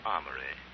Armory